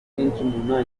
bafite